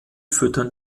füttern